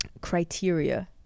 criteria